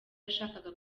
yashakaga